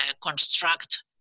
construct